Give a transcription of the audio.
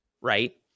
Right